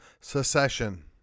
secession